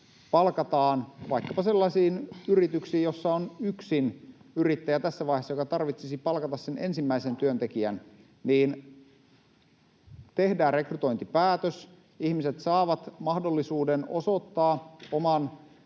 työntekijä vaikkapa sellaisiin yrityksiin, joissa on tässä vaiheessa yksinyrittäjä, jonka tarvitsisi palkata se ensimmäinen työntekijä. Tehdään rekrytointipäätös, ihmiset saavat mahdollisuuden osoittaa oman